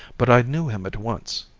but i knew him at once,